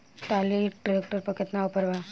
Trolley tractor पर केतना offer बा?